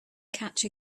catch